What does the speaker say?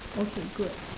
okay good